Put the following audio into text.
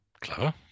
clever